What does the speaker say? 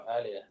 earlier